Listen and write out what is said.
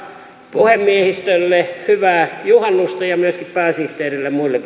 puhemiehistölle hyvää juhannusta ja myöskin pääsihteerille ja muille